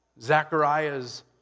Zechariah's